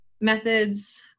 methods